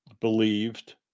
believed